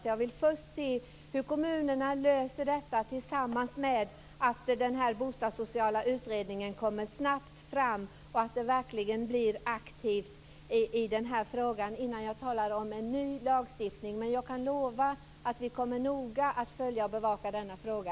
Därför vill jag först se hur kommunerna löser detta, tillsammans med att den bostadssociala utredningen snabbt kommer fram och verkligen blir aktiv i den här frågan, innan jag talar om en ny lagstiftning. Men jag kan lova att vi kommer att noga följa och bevaka denna fråga.